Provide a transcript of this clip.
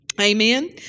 Amen